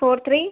four three